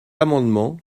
amendement